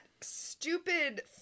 stupid